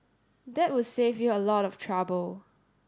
that would save you a lot of trouble